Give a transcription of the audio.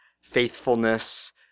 faithfulness